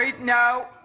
no